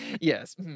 yes